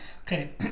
okay